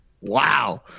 Wow